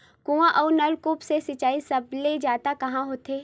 कुआं अउ नलकूप से सिंचाई सबले जादा कहां होथे?